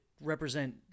represent